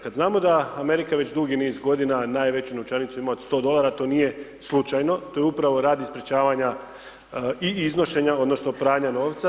Kad znamo da Amerika već dugi niz godina najveću novčanicu ima od 100,00 dolara, to nije slučajno, to je upravo radi sprečavanja i iznošenja odnosno pranja novca.